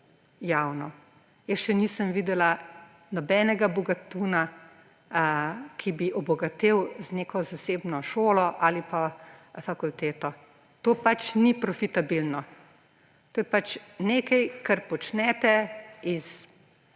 javno. Jaz še nisem videla nobenega bogatuna, ki bi obogatel z neko zasebno šolo ali pa fakulteto. To pač ni profitabilno. To je nekaj, kar počnete iz